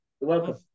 welcome